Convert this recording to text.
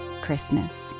christmas